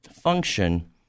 function